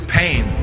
pain